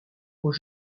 aux